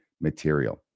material